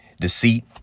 deceit